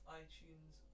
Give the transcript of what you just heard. iTunes